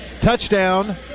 Touchdown